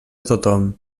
tothom